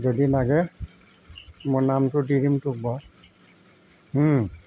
যদি লাগে মই নামটো দি দিম তোক বাৰু